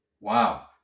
Wow